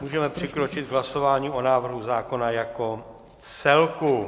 Můžeme přikročit k hlasování o návrhu zákona jako celku.